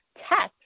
text